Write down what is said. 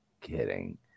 kidding